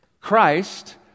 Christ